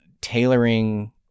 tailoring